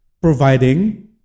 providing